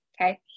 Okay